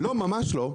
לא ממש לא,